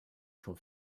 schon